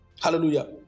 Hallelujah